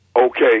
Okay